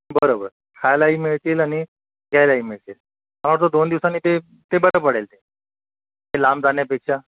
बरोबर खायलाही मिळतील आणि घ्यायलाही मिळतील मला वाटतं दोन दिवसानी ते ते बरं पडेल ते लांब जाण्यापेक्षा